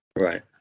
Right